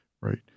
right